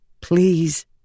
Please